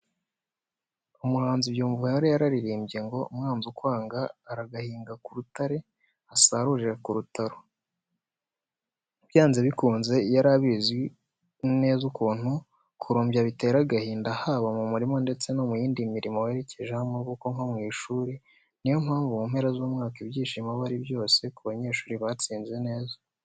Umuhanzi Byumvuhore yararirimbye ngo: ''Umwanzi ukwanga aragahinga ku rutare asarure ku rutaro." Byanze bikunze yari abizi neza ukuntu kurumbya bitera agahinda, haba mu murima ndetse no mu yindi mirimo werekejeho amaboko nko mu ishuri, ni yo mpamvu mu mpera z'umwaka ibyishimo aba ari byose ku banyeshuri batsinze neza.